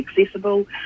accessible